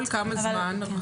כל כמה זמן?